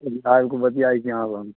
ओन्नीसँ आबि कऽ बतियाइत छी अहाँ लग